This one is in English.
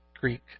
Greek